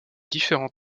différents